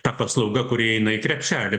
ta paslauga kuri įeina į krepšelį